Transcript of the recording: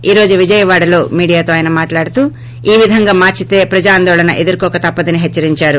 ఈ రోజు విజయవాడలో మీడేయా తో ఆయన మాత్లాడుతూ ఈ విధంగా మార్పితే ప్రజా ఆందోళన ఎదుర్కోక తప్పదని హెచ్చరించారు